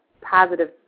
positive